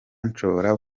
nshobora